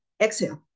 exhale